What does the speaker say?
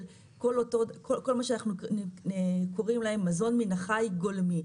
כל מה שאנחנו קוראים לו מזון מן החי גולמי,